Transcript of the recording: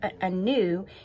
anew